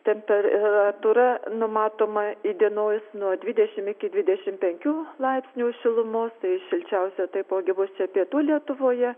temperatūra numatoma įdienojus nuo dvidešimt iki dvidešimt penkių laipsnių šilumos šilčiausia taipogi bus čia pietų lietuvoje